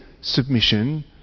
submission